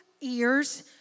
ears